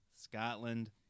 Scotland